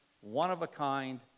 one-of-a-kind